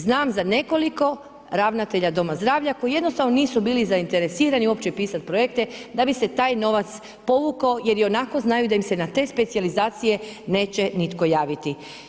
Znam za nekoliko ravnatelja doma zdravlja koji jednostavno nisu bili zainteresirani uopće pisati projekte da bi se taj novac povukao jer ionako znaju da im se na te specijalizacije neće nitko javiti.